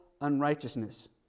unrighteousness